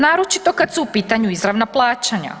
Naročito kad su u pitanju izravna plaćanja.